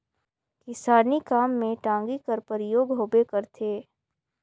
किसानी काम मे टागी कर परियोग होबे करथे